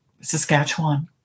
Saskatchewan